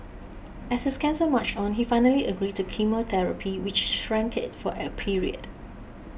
as his cancer marched on he finally agreed to chemotherapy which shrank it for a period